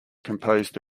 composed